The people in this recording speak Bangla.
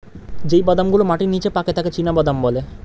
যেই বাদাম গুলো মাটির নিচে পাকে তাকে চীনাবাদাম বলে